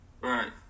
Right